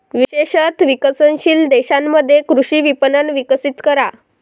विशेषत विकसनशील देशांमध्ये कृषी विपणन विकसित करा